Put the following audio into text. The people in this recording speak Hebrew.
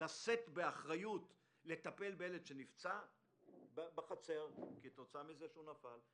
לשאת באחריות לטפל בילד שנפצע בחצר כתוצאה מכך שהוא נפל,